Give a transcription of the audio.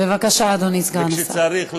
כשצריך להאריך,